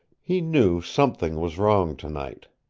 he knew something was wrong tonight.